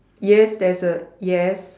yes there's a yes